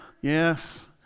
Yes